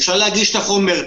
ואפשר להגיש את החומר.